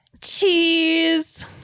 Cheese